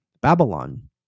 babylon